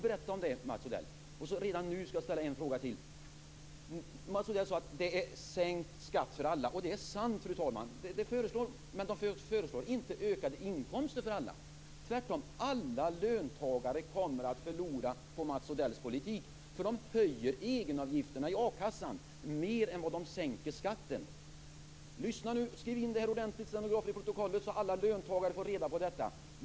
Berätta om det, Mats Odell! Jag skall redan nu ställa en fråga till. Mats Odell pratade om sänkt skatt för alla. Det är sant, fru talman, att de föreslår det. Men de föreslår inte ökade inkomster för alla. Tvärtom kommer alla löntagare att förlora på Mats Odells politik, eftersom de höjer egenavgifterna i a-kassan mer än vad de sänker skatten. Lyssna nu och skriv in detta ordentligt i protokollet, stenografer, så att alla löntagare får reda på detta.